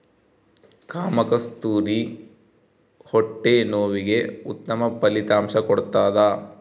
ಕಾಮಕಸ್ತೂರಿ ಹೊಟ್ಟೆ ನೋವಿಗೆ ಉತ್ತಮ ಫಲಿತಾಂಶ ಕೊಡ್ತಾದ